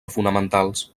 fonamentals